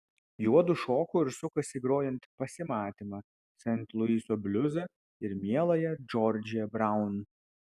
juodu šoko ir sukosi grojant pasimatymą sent luiso bliuzą ir mieląją džordžiją braun